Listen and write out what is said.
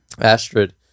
astrid